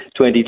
2020